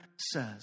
says